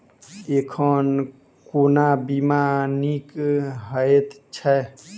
एखन कोना बीमा नीक हएत छै?